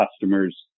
customers